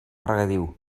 regadiu